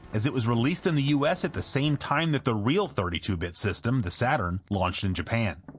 as it was released in the us at the same time that the real thirty two bit system, the saturn launched in japan.